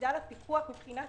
מבחינה תפעולית,